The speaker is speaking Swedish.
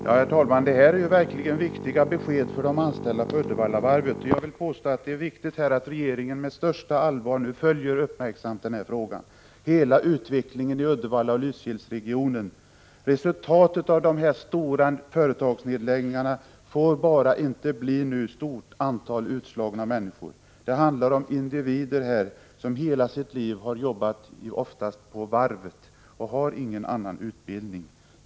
Herr talman! Det här är verkligen viktiga besked för de anställda vid Uddevallavarvet. Det är viktigt att regeringen med största allvar nu uppmärksamt följer utvecklingen i Uddevallaoch Lysekilsregionen. Resultatet av dessa stora företagsnedläggningar får bara inte bli ett stort antal utslagna människor. Det handlar oftast om individer som hela sitt liv arbetat på varvet och inte har någon annan utbildning.